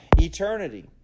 eternity